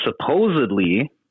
supposedly